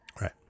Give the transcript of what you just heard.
right